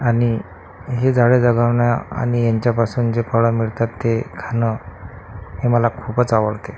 आणि ही झाडे जगवणं आणि यांच्यापासून जे फळं मिळतात ते खाणं हे मला खूपच आवडते